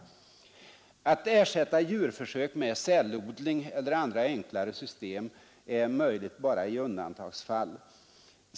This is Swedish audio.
Att ersätta djurförsök med cellodling eller andra, enklare system är möjligt bara i undantagsfall.